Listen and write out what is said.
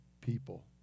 people